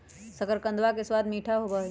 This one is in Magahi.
शकरकंदवा के स्वाद मीठा होबा हई